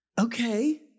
okay